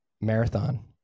Marathon